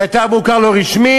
כי אתה מוכר לא רשמי,